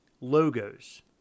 logos